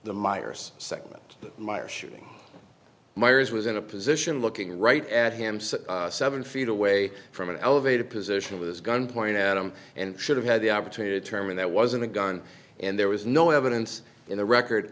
the myers segment myers shooting meyers was in a position looking right at him seven feet away from an elevated position with his gun pointed at him and should have had the opportunity to mean that wasn't a gun and there was no evidence in the record